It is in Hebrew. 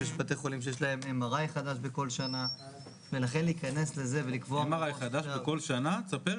בשנים הקודמות, 2019-2018. התקרה היא